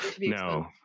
no